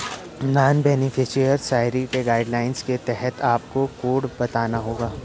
non beneficiary guidelines के तहत आपको कोड बताना होगा